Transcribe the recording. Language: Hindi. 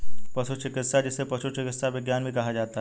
पशु चिकित्सा, जिसे पशु चिकित्सा विज्ञान भी कहा जाता है